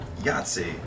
Yahtzee